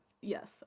yes